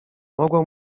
mogło